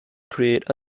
create